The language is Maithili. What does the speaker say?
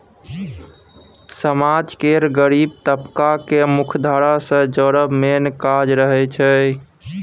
समाज केर गरीब तबका केँ मुख्यधारा सँ जोड़ब मेन काज रहय छै